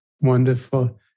Wonderful